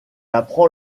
apprend